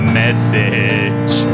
message